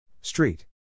Street